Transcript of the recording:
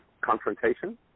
confrontation